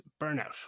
Burnout